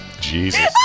Jesus